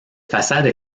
façades